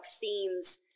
themes